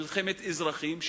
מלחמת אזרחים,